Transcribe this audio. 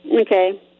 Okay